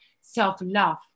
self-love